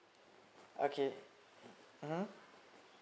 okay mmhmm